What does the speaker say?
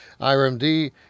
IRMD